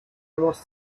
must